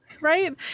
right